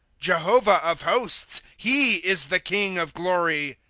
jehovah of hosts he is the king of glory.